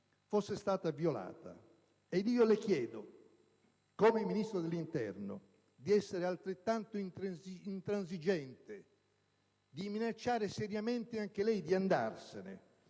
chiedo, allora, come Ministro dell'interno, di essere altrettanto intransigente, di minacciare seriamente anche lei di andarsene